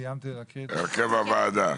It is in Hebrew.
הרכב הוועדה.